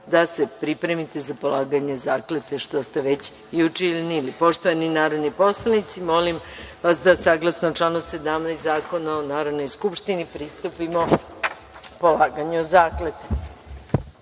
da se pripremite za polaganje zakletve, što ste već i učinili. Poštovani narodni poslanici, molim vas da saglasno članu 17. Zakona o Narodnoj skupštini, pristupimo polaganju